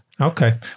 Okay